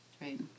Right